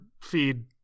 feed